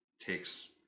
takes